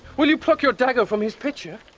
will you pluck your dagger from his pitcher?